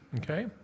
Okay